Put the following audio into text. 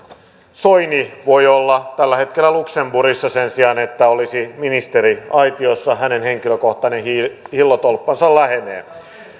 soini voi olla tällä hetkellä luxemburgissa sen sijaan että olisi ministeriaitiossa hänen henkilökohtainen hillotolppansa lähenee